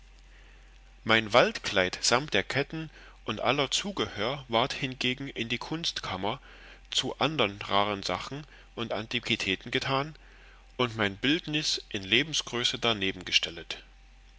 mein waldkleid samt der ketten und aller zugehör ward hingegen in die kunstkammer zu andern raren sachen und antiquitäten getan und mein bildnüs in lebensgröße darneben gestellet